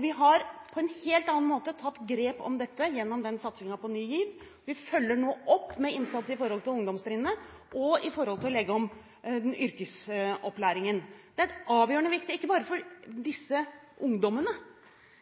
Vi har på en helt annen måte tatt grep om dette gjennom satsingen på Ny GIV. Vi følger nå opp med innsats på ungdomstrinnet og ved å legge om yrkesopplæringen. Det er avgjørende viktig, ikke bare for disse ungdommene.